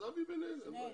בסדר.